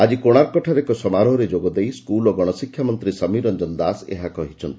ଆଜି କୋଶାର୍କଠାରେ ଏକ ସମାରୋହରେ ଯୋଗ ଦେଇ ସ୍କୁଲ୍ ଓ ଗଣଶିକ୍ଷା ମନ୍ତୀ ସମୀର ରଞ୍ଞନ ଦାସ ଏହା କହିଛନ୍ତି